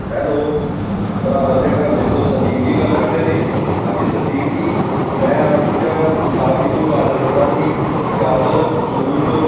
hello ਭਰਾਵਾਂ ਦੇ ਢਾਬੇ ਤੋਂ ਸੰਦੀਪ ਜੀ ਗੱਲ ਕਰ ਰਹੇ ਨੇ ਹਾਂਜੀ ਸੰਦੀਪ ਜੀ ਮੈਂ ਆਪ ਜੀ ਦਾ ਆਪ ਜੀ ਨੂੰ ਆਡਰ ਦਿੱਤਾ ਸੀ ਚਾਵਲ ਸੂਪ